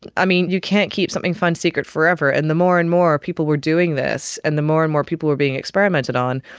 i mean, you can't keep something fun secret forever, and the more and more people were doing this and the more and more people were being experimented on,